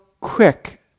quick